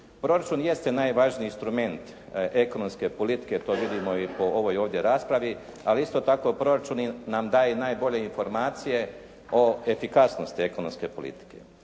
Proračun jeste najvažniji instrument ekonomske politike. To vidimo i po ovoj ovdje raspravi ali isto tako proračun nam daje i najbolje informacije o efikasnosti ekonomske politike.